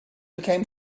became